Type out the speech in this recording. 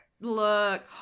Look